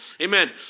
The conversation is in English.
amen